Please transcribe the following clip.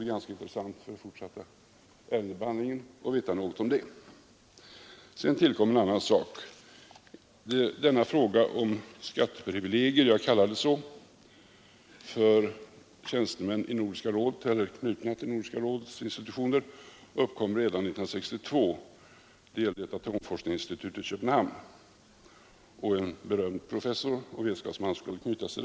Det vore intressant för den fortsatta ärendebehandlingen att veta någonting om det. Sedan tillkommer en annan sak. Denna fråga om skatteprivilegier, jag kallar det så, för personal knuten till Nordiska rådets institutioner uppkom redan 1962. Det gällde ett atomforskningsinstitut i Köpenhamn, till vilket en berömd vetenskapsman och professor skulle knytas.